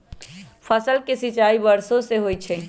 फसल के सिंचाई वर्षो से होई छई